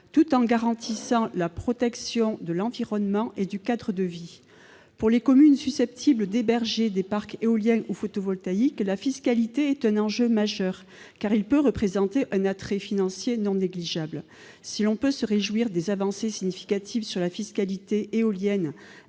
tout en garantissant la protection de l'environnement et du cadre de vie. Pour les communes susceptibles d'héberger des parcs éolien ou photovoltaïque, la fiscalité est un enjeu majeur, car elle peut représenter un attrait financier non négligeable. Si l'on peut se réjouir des avancées significatives sur la fiscalité éolienne